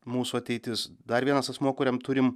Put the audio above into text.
mūsų ateitis dar vienas asmuo kuriam turim